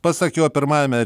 pasak jo pirmajame